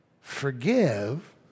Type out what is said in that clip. forgive